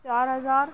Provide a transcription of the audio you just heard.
چار ہزار